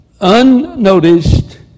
unnoticed